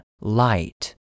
light